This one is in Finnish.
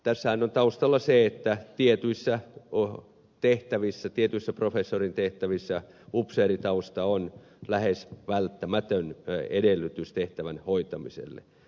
tässähän on taustalla se että tietyissä professorin tehtävissä upseeritausta on lähes välttämätön edellytys tehtävän hoitamiselle